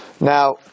Now